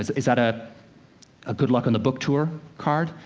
is is that ah a good luck on the book tour card?